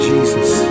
Jesus